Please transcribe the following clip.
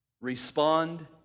respond